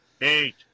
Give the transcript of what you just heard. eight